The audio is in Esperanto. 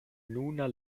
nuna